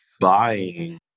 buying